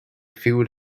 food